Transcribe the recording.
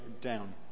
down